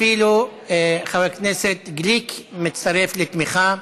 אפילו חבר הכנסת גליק מצטרף לתמיכה.